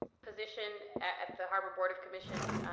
position at the harbor board of commissions,